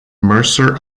mercer